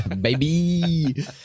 baby